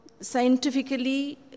scientifically